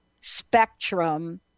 spectrum